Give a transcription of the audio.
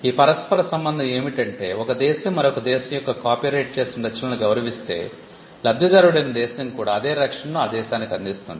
ఈ పరస్పర సంబంధం ఏమిటంటే ఒక దేశం మరొక దేశం యొక్క కాపీరైట్ చేసిన రచనలను గౌరవిస్తే లబ్ధిదారుడైన దేశం కూడా అదే రక్షణను ఈ దేశానికి అందిస్తుంది